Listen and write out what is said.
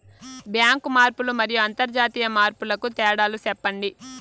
Bank మార్పులు మరియు అంతర్జాతీయ మార్పుల కు తేడాలు సెప్పండి?